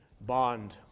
bond